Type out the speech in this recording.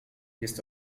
jest